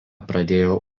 pradėjo